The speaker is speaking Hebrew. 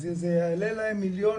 אז זה יעלה להם מיליונים,